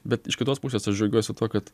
bet iš kitos pusės aš džiaugiuosi tuo kad